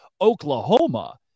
oklahoma